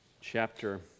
chapter